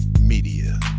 Media